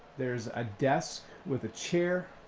there's a desk with a chair.